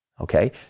Okay